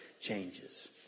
changes